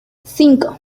cinco